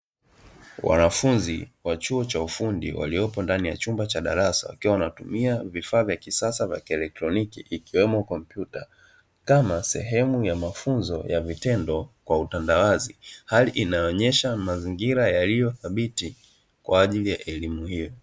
Wanafunzi wa chuo cha ufundi, waliopo ndani ya chumba cha darasa, wakiwa wanatumia vifaa vya kisasa vya kielotroniki, ikiwemo kompyuta, kama sehemu ya mafunzo ya vitendo kwa utandawazi. Hali inayoonyesha mazingira yaliyothabiti kwa ajili ya elimu hiyo.